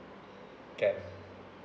can